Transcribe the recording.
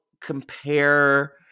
compare